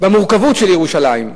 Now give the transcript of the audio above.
במורכבות של ירושלים,